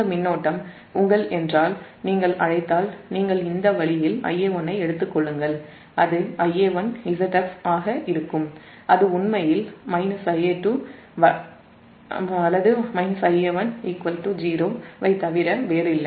இந்த மின்னோட்டம் நீங்கள் இந்த வழியில் Ia1ஐ எடுத்துக் கொள்ளுங்கள் அது Ia1 Zf ஆக இருக்கும் அது உண்மையில் Ia2 Va1 0 ஐத் தவிர வேறில்லை